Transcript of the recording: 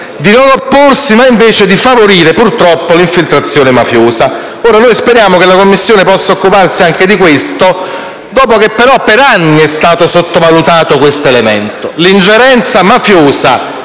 di non opporsi e invece di favorire purtroppo l'infiltrazione mafiosa. Ora, noi speriamo che la Commissione possa occuparsi di tale aspetto dopo che però per anni è stato sottovalutato: l'ingerenza mafiosa